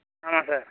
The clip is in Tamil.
ஆமாம் சார்